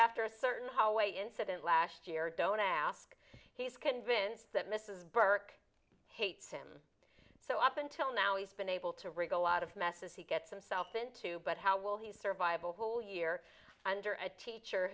after a certain how a incident last year don't ask he's convinced that mrs burke hates him so up until now he's been able to wriggle out of messes he gets himself into but how will he survive a whole year under a teacher